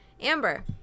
Amber